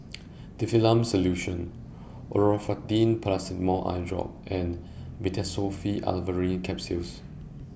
Difflam Solution Olopatadine Patanol Eyedrop and Meteospasmyl Alverine Capsules